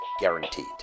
guaranteed